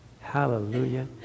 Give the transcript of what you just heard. Hallelujah